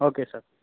okay sir